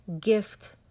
gift